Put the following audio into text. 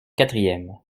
quatrième